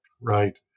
Right